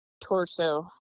torso